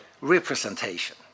representation